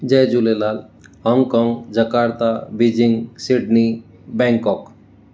Jay Jhulelal Hong Kong Jakarta Beijing Sydney Bangkok